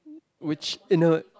which in a